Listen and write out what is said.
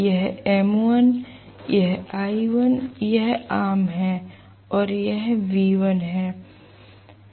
यह m1 यह l1 यह आम है और यह V1है